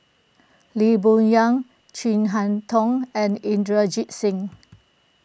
Lee Boon Yang Chin Harn Tong and Inderjit Singh